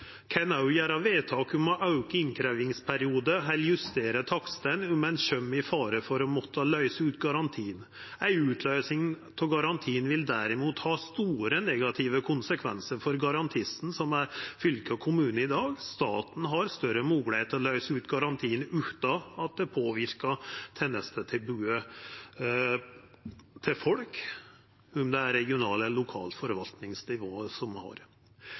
kan òg gjera vedtak om å auka innkrevjingsperioden eller justera takstane, om ein kjem i fare for å måtta løysa ut garantien. Ei utløysing av garantien vil derimot ha store negative konsekvensar for garantisten, som er fylke og kommune i dag. Staten har større moglegheit til å løysa ut garantien utan at det påverkar tenestetilbodet til folk enn det regionale eller lokale forvaltningsnivået har. Senterpartiet meiner at det er naturleg at den som